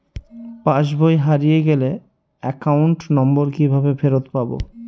পাসবই হারিয়ে গেলে account number কিভাবে ফেরত পাব?